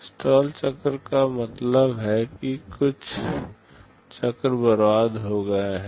stall चक्र का मतलब है कि कुछ चक्र बर्बाद हो गए हैं